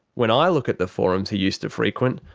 when i look at the forums he used to frequent,